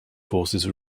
forces